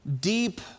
deep